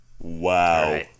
Wow